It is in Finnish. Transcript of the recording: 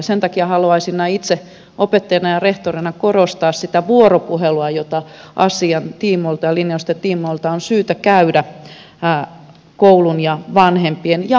sen takia haluaisin näin itse opettajana ja rehtorina korostaa sitä vuoropuhelua jota asian tiimoilta ja linjausten tiimoilta on syytä käydä koulun ja vanhempien ja oppilaiden kesken